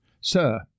sir